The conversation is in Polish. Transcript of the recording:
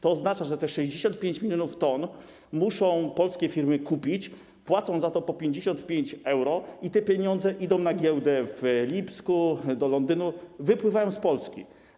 To oznacza, że te 65 mln t muszą polskie firmy kupić, płacą za to po 55 euro, i te pieniądze idą na giełdę w Lipsku, do Londynu, wypływają z Polski.